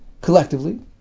collectively